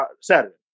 Saturday